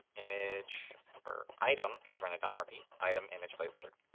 image per item, because we're in a dom-repeat, item image placeholder.